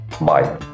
Bye